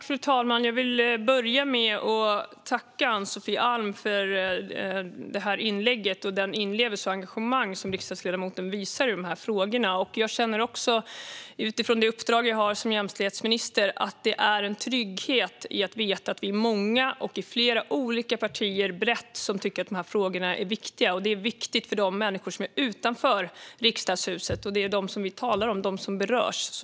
Fru talman! Jag vill börja med att tacka Ann-Sofie Alm för inlägget och för den inlevelse och det engagemang som riksdagsledamoten visar i dessa frågor. Utifrån det uppdrag jag har som jämställdhetsminister känner jag att det finns en trygghet i att veta att vi är många, brett i flera olika partier, som tycker att de här frågorna är viktiga. Det är viktigt för de människor som är utanför Riksdagshuset, och det är dem vi talar om. Det är de som berörs.